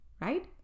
right